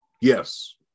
Yes